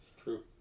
True